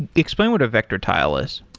explain what a vector tile is.